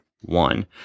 one